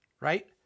right